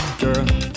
girl